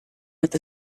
with